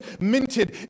minted